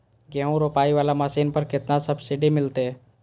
गेहूं रोपाई वाला मशीन पर केतना सब्सिडी मिलते?